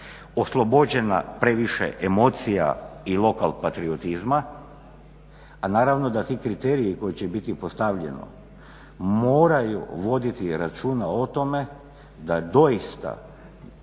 oslobođena previše emocija i lokal patriotizma, a naravno da ti kriteriji koji će biti postavljeni moraju voditi računa o tome da doista